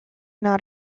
not